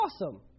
awesome